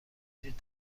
وجود